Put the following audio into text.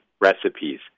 recipes